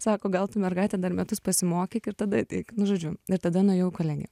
sako gal tu mergaite dar metus pasimokyk ir tada ateik nu žodžiu ir tada nuėjau į kolegiją